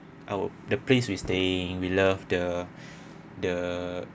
our the place we stay we love the the